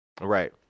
Right